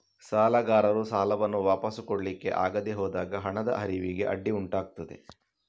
ಸಾಲಗಾರರು ಸಾಲವನ್ನ ವಾಪಸು ಕೊಡ್ಲಿಕ್ಕೆ ಆಗದೆ ಹೋದಾಗ ಹಣದ ಹರಿವಿಗೆ ಅಡ್ಡಿ ಉಂಟಾಗ್ತದೆ